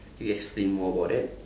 can you explain more about that